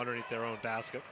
underneath their own basket